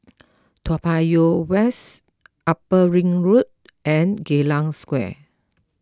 Toa Payoh West Upper Ring Road and Geylang Square